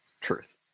Truth